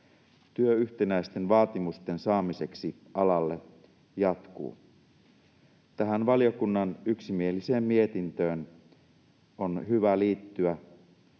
Työ yhtenäisten vaatimusten saamiseksi alalle jatkuu. Tähän valiokunnan yksimieliseen mietintöön on hyvä liittyä,